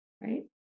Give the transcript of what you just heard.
right